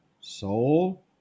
soul